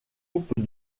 coupe